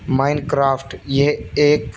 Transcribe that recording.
mind craft یہ ایک